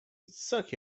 sok